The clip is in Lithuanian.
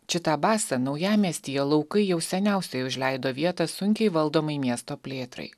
čita basa naujamiestyje laukai jau seniausiai užleido vietą sunkiai valdomai miesto plėtrai